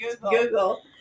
Google